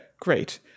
Great